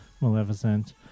Maleficent